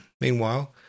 Meanwhile